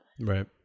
Right